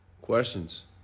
Questions